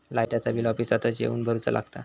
लाईटाचा बिल ऑफिसातच येवन भरुचा लागता?